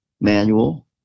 manual